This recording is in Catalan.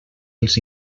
els